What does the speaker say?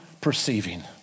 perceiving